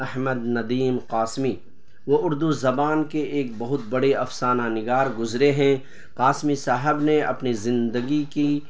احمد ندیم قاسمی وہ اردو زبان کے ایک بہت بڑے افسانہ نگار گزرے ہیں قاسمی صاحب نے اپنی زندگی کی